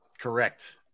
Correct